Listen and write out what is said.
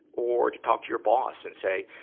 or to talk to your boss and say,